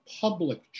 public